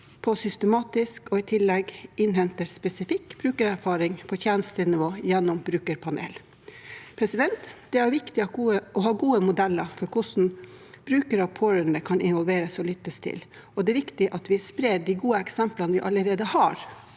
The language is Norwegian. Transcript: systematisk og i tillegg innhenter spesifikk brukererfaring på tjenestenivå gjennom brukerpanel. Det er viktig å ha gode modeller for hvordan brukere og pårørende kan involveres og lyttes til, og det er viktig at vi sprer de gode eksemplene vi allerede har,